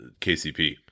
kcp